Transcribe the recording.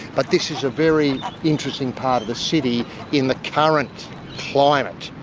but this is a very interesting part of the city in the current climate.